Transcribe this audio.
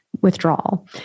withdrawal